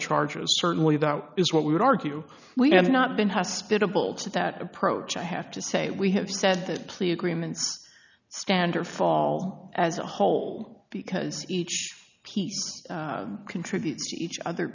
charges certainly that is what we would argue we have not been has spittal to that approach i have to say we have said that plea agreements stand or fall as a whole because each piece contributes each other